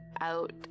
out